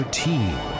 team